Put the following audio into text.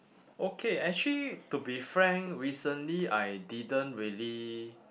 okay actually to be frank recently I didn't really